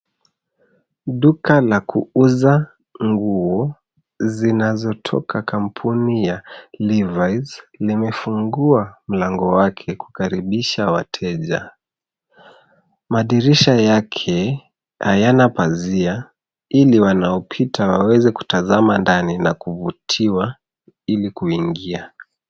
Duka la kuuza manguo zinazotoka kampuni ya liraiz . Limefungua mlango wake kukaribisha wateja. Madirisha yake hayana pazia ili wanaopita waweze kutazama ndani na kuvutia ili kuingia.